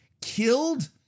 killed